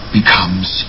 becomes